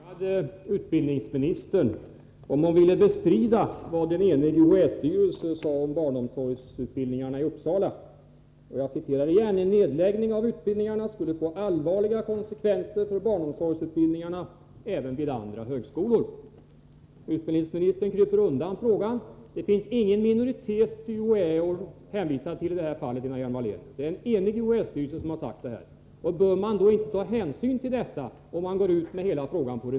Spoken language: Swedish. Herr talman! Jag frågade utbildningsministern om hon ville bestrida vad en enig UHÄ-styrelse sade om barnomsorgsutbildningarna i Uppsala. Jag citerar på nytt vad en enig UHÄ-styrelse säger: ”En nedläggning av utbildningarna skulle få allvarliga konsekvenser för barnomsorgsutbildningarna även vid andra högskolor.” Utb..dningsministern kryper undan frågan. Det finns ingen minoritet i UHÄ att hänvisa till i detta fall, Lena Hjelm-Wallén, därför att det är en enig UHÄ-styrelse som har uttalat detta. Bör man då inte ta hänsyn till detta remissutlåtande?